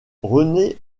rené